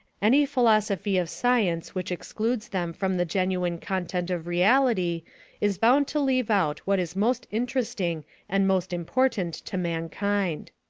any philosophy of science which excludes them from the genuine content of reality is bound to leave out what is most interesting and most important to mankind.